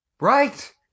Right